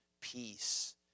peace